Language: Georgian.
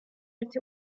ერთი